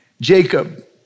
Jacob